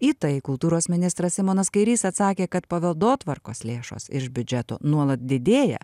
į tai kultūros ministras simonas kairys atsakė kad paveldotvarkos lėšos iš biudžeto nuolat didėja